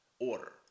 order